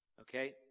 Okay